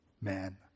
man